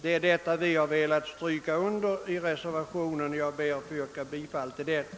Det är detta vi velat siryka under i reservationen, och jag ber att få yrka bifall till denna.